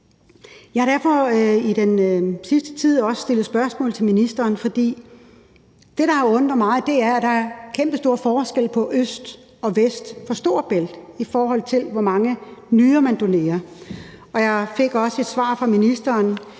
Jeg har derfor i den sidste tid også stillet spørgsmål til ministeren, for det, der har undret mig, er, at der er kæmpestor forskel på øst og vest for Storebælt, i forhold til hvor mange nyrer man donerer. Jeg fik også et svar fra ministeren,